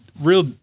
real